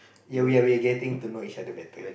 ya we're getting to merge other better